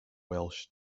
welsh